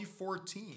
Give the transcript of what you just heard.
2014